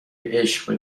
عشق